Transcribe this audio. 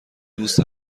دوست